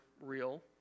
Real